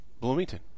Bloomington